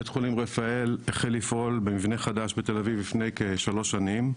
בית חולים רפאל החל לפעול במבנה חדש בתל אביב לפני כשלוש שנים,